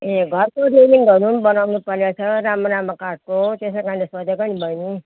ए घरको रेलिङहरू पनि बनाउनु परेको छ राम्रो राम्रो काठको त्यसैकारणले सोधेको नि बहिनी